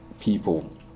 people